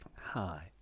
Hi